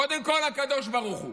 קודם כול הקדוש ברוך הוא.